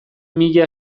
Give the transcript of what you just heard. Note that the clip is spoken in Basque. mila